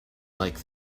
like